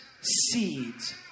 seeds